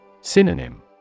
Synonym